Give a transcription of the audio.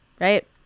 right